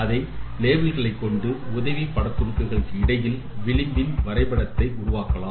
அதே லேபிள்களை கொண்ட உதவி பட துணுக்குகள் இடையில் விளிபின் வரைபடத்தை உருவாக்கலாம்